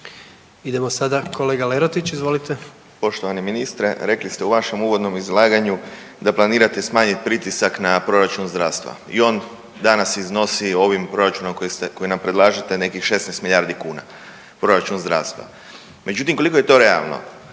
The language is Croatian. Idemo na kolegicu Peović, izvolite.